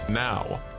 Now